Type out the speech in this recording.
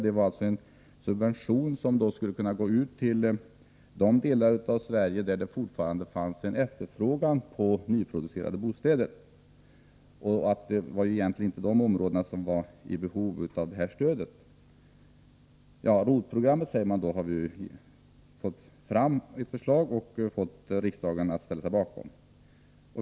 Det var alltså en subvention som skulle kunna gå ut till de delar av Sverige där det fortfarande fanns en efterfrågan på nyproducerade bostäder, och det var egentligen inte de områdena som var i behov av det här stödet. ROT-programmet, säger man då, har man lagt fram förslag om som man fått riksdagen att ställa sig bakom.